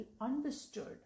understood